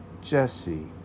Jesse